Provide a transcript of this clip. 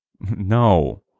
No